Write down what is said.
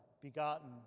begotten